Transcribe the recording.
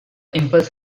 impulse